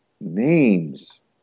names